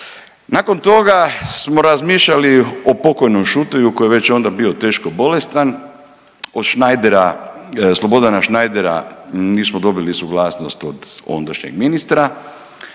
Nakon toga smo razmišljali o pokojnom Šuteju koji je već onda bio teško bolestan, od Šnajdera, Slobodana Šnajdera nismo dobili suglasnost od ondašnjeg ministra,